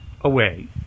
away